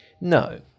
No